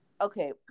okay